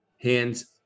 Hands